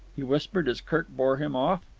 he whispered as kirk bore him off.